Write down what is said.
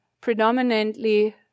predominantly